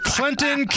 Clinton